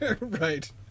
Right